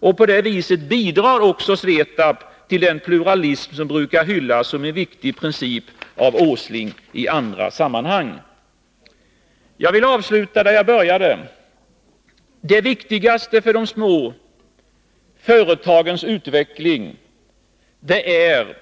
På det sättet bidrar Svetab till den pluralism som Nils Åsling i andra sammanhang brukar hylla som en viktig princip. Jag vill avsluta där jag började: Det viktigaste för de små företagens utveckling är